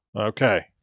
Okay